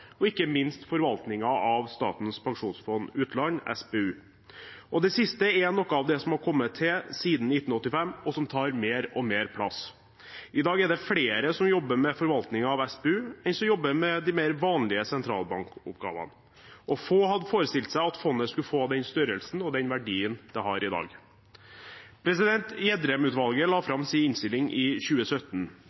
og ikke minst forvaltningen av Statens pensjonsfond utland, SPU. Det siste er noe av det som har kommet til siden 1985, og som tar mer og mer plass. I dag er det flere som jobber med forvaltningen av SPU, enn som jobber med de mer vanlige sentralbankoppgavene. Få hadde forestilt seg at fondet skulle få den størrelsen og den verdien det har i dag. Gjedrem-utvalget la fram sin innstilling i 2017.